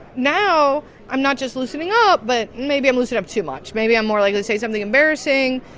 now i'm not just loosening up, but maybe i'm loosening up too much. maybe i'm more likely to say something embarrassing,